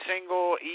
single